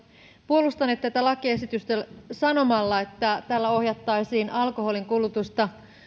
puolustaneet tätä lakiesitystä sanomalla että tällä ohjattaisiin alkoholinkulutusta